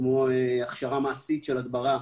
כמו הכשרה מעשית של הדברה,